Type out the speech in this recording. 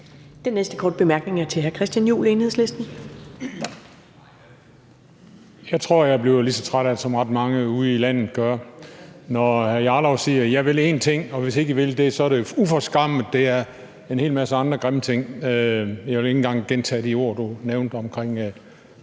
Jeg tror, at jeg bliver lige så træt af det, som ret mange andre ude i landet gør, når hr. Rasmus Jarlov siger, at man vil én ting, og hvis ikke I vil det, så er det uforskammet, og det er en hel masse andre grimme ting. Jeg vil ikke engang gentage de ord, som du nævnte omkring